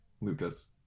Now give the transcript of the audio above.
lucas